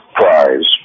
prize